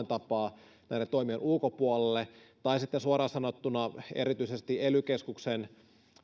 tapaa näiden toimien ulkopuolelle tai sitten suoraan sanottuna erityisesti ely keskuksen